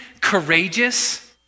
courageous